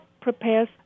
prepares